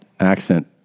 Accent